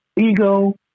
ego